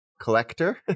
collector